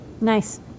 Nice